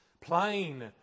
plain